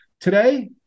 today